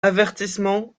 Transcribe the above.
avertissements